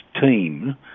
team